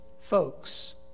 folks